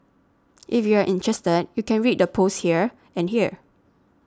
if you're interested you can read the posts here and here